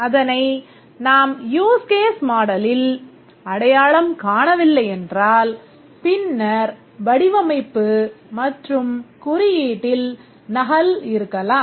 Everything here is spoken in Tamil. அதனை நாம் யூஸ் கேஸ் மாடலில் அடையாளம் காணவில்லையென்றால் பின்னர் வடிவமைப்பு மற்றும் குறியீட்டில் நகல் இருக்கலாம்